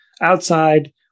outside